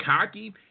cocky